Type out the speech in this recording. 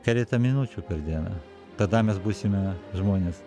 keletą minučių per dieną tada mes būsime žmonės